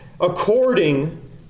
according